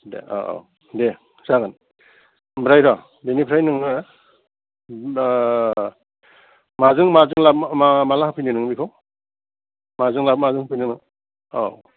दे औ दे जागोन ओमफ्राय र बेनिफ्राय नोङो माजों माजों माला होफैनो नों बेखौ माजों लाबोन माजों होफैनो औ